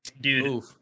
dude